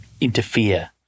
interfere